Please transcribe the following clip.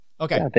Okay